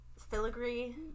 filigree